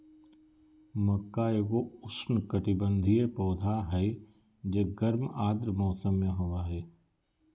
मक्का एगो उष्णकटिबंधीय पौधा हइ जे गर्म आर्द्र मौसम में होबा हइ